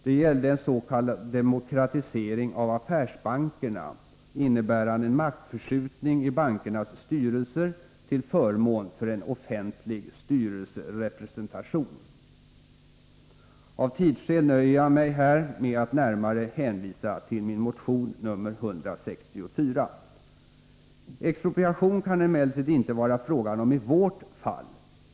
Det gällde en s.k. demokratisering av affärsbankerna, innebärande en maktförskjutning i bankernas styrelser till förmån för en offentlig styrelserepresentation. Av tidsskäl nöjer jag mig här med att närmare hänvisa till min motion nr 164. Expropriation kan det emellertid inte vara fråga om i vårt fall.